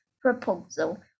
proposal